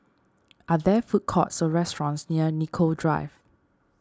are there food courts or restaurants near Nicoll Drive